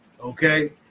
Okay